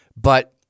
But-